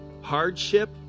hardship